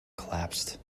collapsed